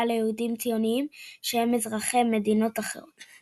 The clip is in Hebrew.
ליהודים ציונים שהם אזרחי מדינות אחרות.